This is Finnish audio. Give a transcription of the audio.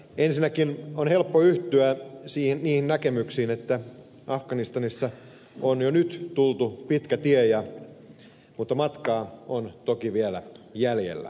ensinnäkin on helppo yhtyä niihin näkemyksiin että afganistanissa on jo nyt tultu pitkä tie mutta matkaa on toki vielä jäljellä